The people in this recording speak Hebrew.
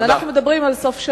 אבל אנחנו מדברים על סוף שנה.